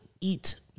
eat